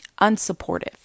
unsupportive